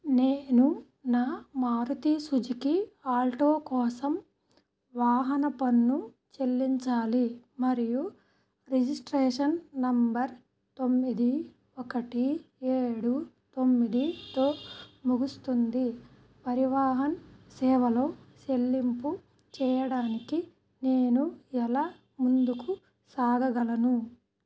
నేను నా Maruti Suzuki Alto కోసం వాహన పన్ను చెల్లించాలి మరియు రిజిస్ట్రేషన్ నంబర్ తొమ్మిది ఒకటి ఏడు తొమ్మిది తో ముగుస్తుంది పరివాహన్ సేవలో చెల్లింపు చేయడానికి నేను ఎలా ముందుకు సాగగలను